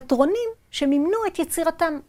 ...תרונים שמימנו את יצירתם.